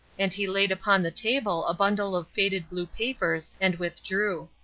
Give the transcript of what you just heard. and he laid upon the table a bundle of faded blue papers, and withdrew.